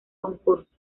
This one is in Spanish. concursos